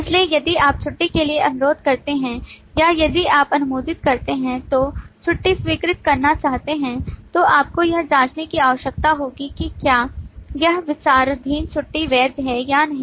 इसलिए यदि आप छुट्टी के लिए अनुरोध करते हैं या यदि आप अनुमोदन करते हैं तो छुट्टी स्वीकृत करना चाहते हैं तो आपको यह जांचने की आवश्यकता होगी कि क्या यह विचाराधीन छुट्टी वैध है या नहीं